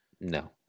No